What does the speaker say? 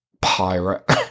pirate